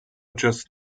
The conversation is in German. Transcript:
just